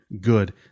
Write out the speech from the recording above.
good